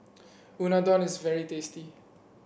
unadon is very tasty